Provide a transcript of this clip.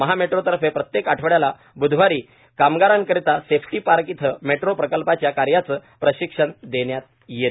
महा metro तर्फे प्रत्येक आठवड्याला बुधवारी कामगाराकरिता सेफ्टी पार्क येथे मेट्रो प्रकल्पाच्या कार्याचे प्रशिक्षण देण्यात येते